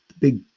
big